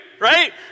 Right